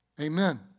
Amen